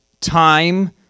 time